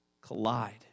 collide